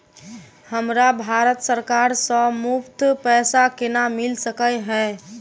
हमरा भारत सरकार सँ मुफ्त पैसा केना मिल सकै है?